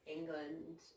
England